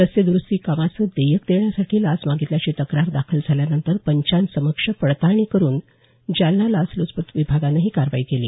रस्ते दुरुस्ती कामाचं देयक देण्यासाठी लाच मागितल्याची तक्रार दाखल झाल्यानंतर पंचासमक्ष पडताळणी करून जालना लाचल्चपत प्रतिबंधक विभागानं ही कारवाई केली